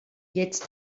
jetzt